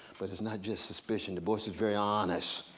but it's not just suspicion, du bois is very honest.